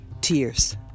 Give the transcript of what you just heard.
tears